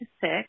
six